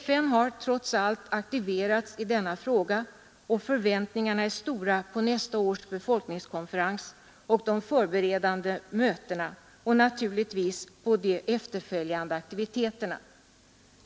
FN har trots allt aktiverats i denna fråga, och förväntningarna är stora på nästa års befolkningskonferens och de 7” förberedande mötena till den — och naturligtvis på de efterföljande aktiviteterna.